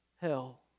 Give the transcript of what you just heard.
hell